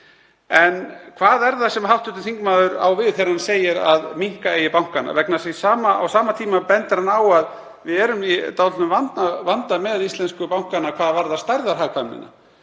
En hvað er það sem hv. þingmaður á við þegar hann segir að minnka eigi bankana? Á sama tíma bendir hann á að við erum í dálitlum vanda með íslensku bankana hvað varðar stærðarhagkvæmnina.